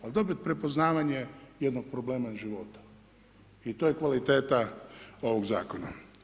Ali dobit prepoznavanje jednog problema iz života i to je kvaliteta ovog zakona.